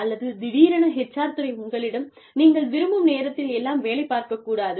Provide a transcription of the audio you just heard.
அல்லது திடீரென HR துறை உங்களிடம் நீங்கள் விரும்பும் நேரத்தில் எல்லாம் வேலைப் பார்க்கக் கூடாது